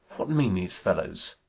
what mean these fellows?